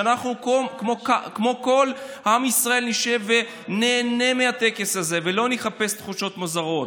ושכמו כל עם ישראל אנחנו נשב וניהנה מהטקס הזה ולא נחפש תחושות מוזרות.